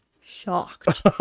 shocked